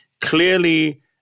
clearly